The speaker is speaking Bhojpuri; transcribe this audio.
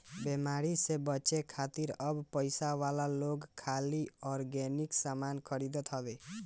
बेमारी से बचे खातिर अब पइसा वाला लोग खाली ऑर्गेनिक सामान खरीदत हवे